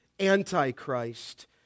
Antichrist